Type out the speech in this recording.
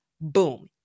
Boom